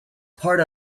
part